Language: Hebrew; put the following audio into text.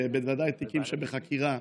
ובוודאי בתיקים שבחקירה.